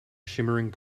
shimmering